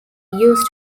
used